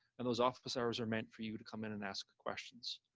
and those office hours are meant for you to come in and ask questions.